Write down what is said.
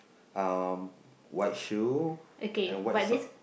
um white shoe and white sock